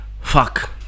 Fuck